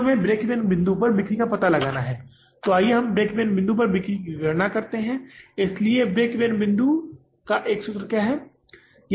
हमें break even बिंदु पर बिक्री का पता लगाना है तो आइए हम ब्रेक ईवन बिंदु के लिए बिक्री की गणना करें इसलिए ब्रेक ईवन बिंदु का एक सूत्र क्या है